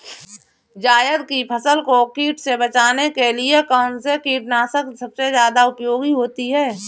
जायद की फसल को कीट से बचाने के लिए कौन से कीटनाशक सबसे ज्यादा उपयोगी होती है?